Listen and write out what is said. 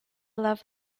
love